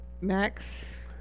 Max